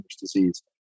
disease